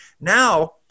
Now